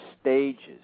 stages